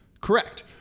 Correct